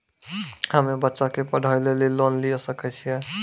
हम्मे बच्चा के पढ़ाई लेली लोन लिये सकय छियै?